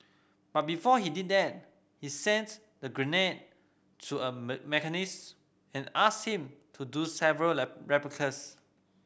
but before he did that he sent the grenade to a machinist and asked him to do several replicas